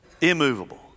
immovable